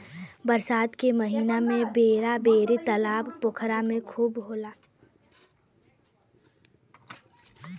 बरसात के महिना में बेरा बेरी तालाब पोखरा में खूब होला